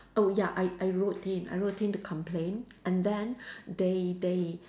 oh ya I I wrote in I wrote in to complain and then they they